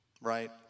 right